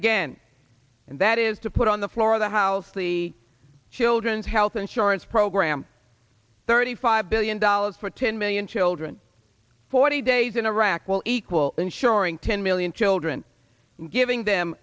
again and that is to put on the floor of the house the children's health insurance program thirty five billion dollars for ten million children forty days in iraq will equal insuring ten million children giving them